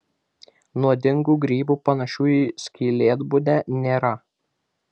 nuodingų grybų panašių į skylėtbudę nėra